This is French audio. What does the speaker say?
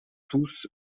tous